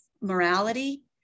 morality